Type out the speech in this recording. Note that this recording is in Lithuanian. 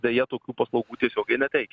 deja tokių paslaugų tiesiogiai neteikia